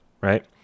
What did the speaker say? right